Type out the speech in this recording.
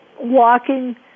walking